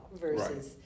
versus